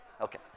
Okay